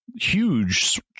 huge